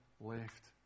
left